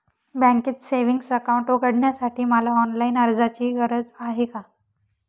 बँकेत savings account उघडण्यासाठी मला ऑनलाईन अर्जाची गरज आहे का?